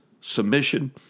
submission